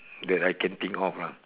that I can think of lah